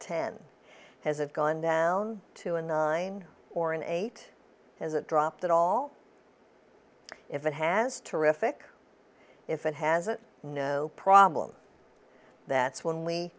ten has it gone down to a nine or an eight has it dropped at all if it has terrific if it has no problem that's when we